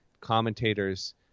commentators